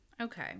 Okay